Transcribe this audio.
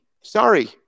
Sorry